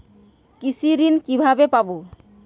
কৃষি ঋন কিভাবে পাব?